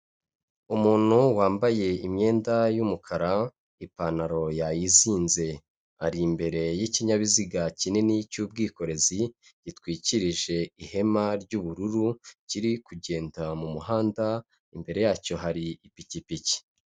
Umuntu wambaye imyenda y'umukara, ipantaro yayizinze, ari imbere y'ikinyabiziga kinini cy'ubwikorezi gitwikirije ihema ry'ubururu kiri kugenda mu muhanda, imbere yacyo hari ipikipiki.